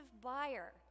buyer